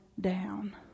down